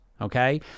Okay